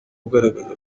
ugaragaza